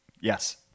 Yes